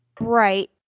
Right